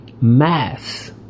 mass